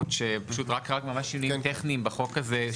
שפשוט רק ממש שינויים טכניים בחוק הזה,